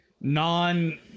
non